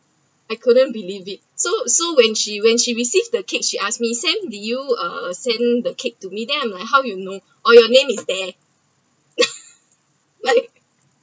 I couldn’t believe it so so when she when she received the cake she asked me sam did you uh send the cake to me then I’m like how you know oh your name is there right